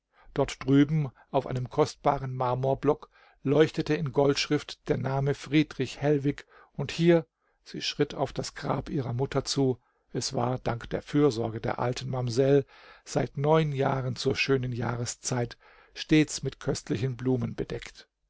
dort drüben auf einem kostbaren marmorblock leuchtete in goldschrift der name friedrich hellwig und hier sie schritt auf das grab ihrer mutter zu es war dank der fürsorge der alten mamsell seit neun jahren zur schönen jahreszeit stets mit köstlichen blumen bedeckt